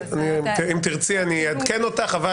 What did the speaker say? אם תרצי, אני אעדכן אותך.